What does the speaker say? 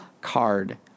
card